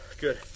Good